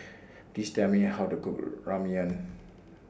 Please Tell Me How to Cook Ramyeon